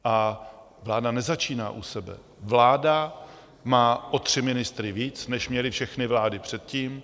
A vláda nezačíná u sebe, vláda má o tři ministry víc, než měly všechny vlády předtím.